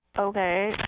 Okay